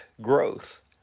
growth